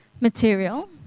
material